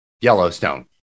Yellowstone